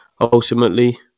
ultimately